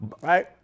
Right